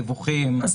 דיווחים,